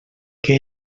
que